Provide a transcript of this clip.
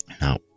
Now